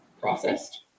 processed